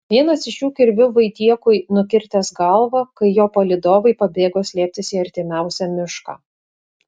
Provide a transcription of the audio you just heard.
vienas iš jų kirviu vaitiekui nukirtęs galvą kai jo palydovai pabėgo slėptis į artimiausią mišką